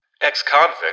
Ex-convict